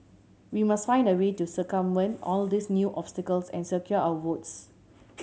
we must find a way to circumvent all these new obstacles and secure our votes